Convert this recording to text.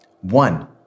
One